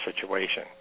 situation